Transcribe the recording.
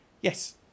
Yes